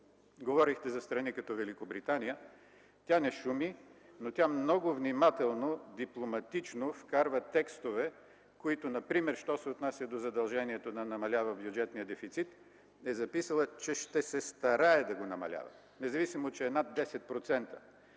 Говорихте за страни като Великобритания – тя не шуми, но тя много внимателно, дипломатично вкарва текстове, които например, що се отнася до задължението да намалява бюджетния дефицит, е записала, че ще се старае да го намалява, независимо че е над 10%.